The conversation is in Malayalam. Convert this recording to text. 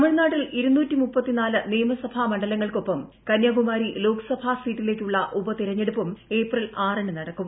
തമിഴ്നാട്ടിൽ നിയമസഭാ മണ്ഡലങ്ങൾക്കൊപ്പം കന്യാകുമാരി ലോക്സഭ സീറ്റിലേയ്ക്കുള്ള ഉപതെരഞ്ഞെടുപ്പും ഏപ്രിൽ ആറിന് നടക്കും